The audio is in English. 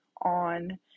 on